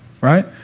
Right